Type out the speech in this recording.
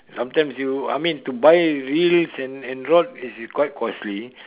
sometimes you I mean to buy reels and and rods is quite costly